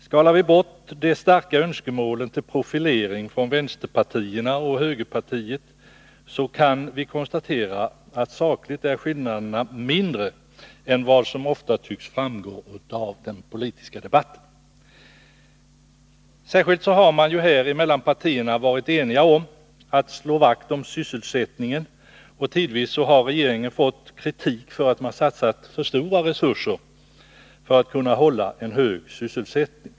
Skalar vi bort de starka önskemålen från vänsterpartierna och högerpartiet när det gäller att profilera sig, kan vi konstatera att skillnaderna sakligt är mindre än vad som ofta tycks framgå av den politiska debatten. Mellan partierna har man särskilt varit enig om att slå vakt om sysselsättningen, och tidvis har regeringen fått kritik för att den satsat för stora resurser för att kunna hålla en hög sysselsättning.